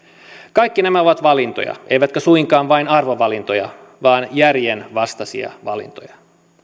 kaikki nämä ovat valintoja eivätkä suinkaan vain arvovalintoja vaan järjenvastaisia valintoja